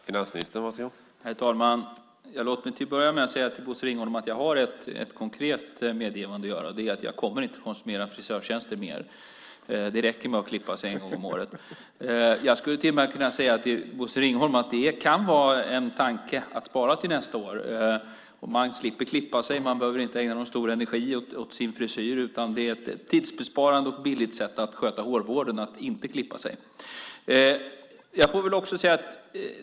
Herr talman! Till att börja med vill jag säga till Bosse Ringholm att jag har ett konkret medgivande att göra. Jag kommer inte att konsumera fler frisörtjänster. Det räcker med att klippa sig en gång om året. Jag skulle till och med kunna säga till Bosse Ringholm att det kan vara en tanke att spara till nästa år. Man slipper klippa sig, man behöver inte ägna någon stor energi åt sin frisyr. Att inte klippa sig är ett tidsbesparande och billigt sätt att sköta hårvården.